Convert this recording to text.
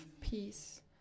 peace